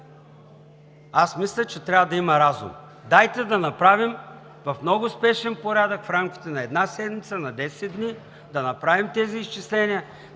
Аз мисля, че трябва да има разум. Дайте да направим в много спешен порядък в рамките на една седмица, на 10 дни, да направим тези изчисления,